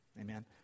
Amen